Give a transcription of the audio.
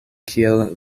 kiel